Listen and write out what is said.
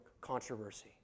controversy